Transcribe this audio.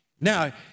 Now